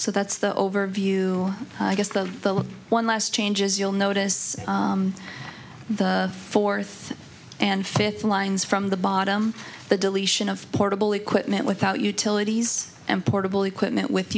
so that's the overview i guess the one last changes you'll notice the fourth and fifth lines from the bottom the deletion of portable equipment without utilities and portable equipment with